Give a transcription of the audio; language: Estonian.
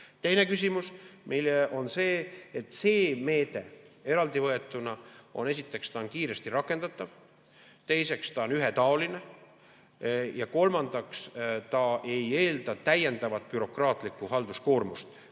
Teine küsimus meile on see, et see meede eraldi võetuna on esiteks kiiresti rakendatav, teiseks, ta on ühetaoline, ja kolmandaks, ta ei eelda täiendavat bürokraatlikku halduskoormust,